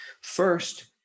First